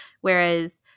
whereas